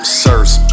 SIRS